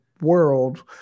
world